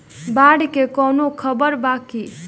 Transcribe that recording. बाढ़ के कवनों खबर बा की?